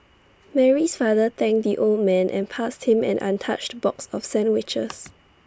Mary's father thanked the old man and passed him an untouched box of sandwiches